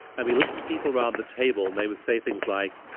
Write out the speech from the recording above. and we listened to people around the table, and they would say things like,